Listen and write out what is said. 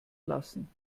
lassen